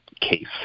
case